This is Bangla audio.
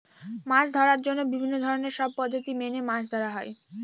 মাছ ধরার জন্য বিভিন্ন ধরনের সব পদ্ধতি মেনে মাছ ধরা হয়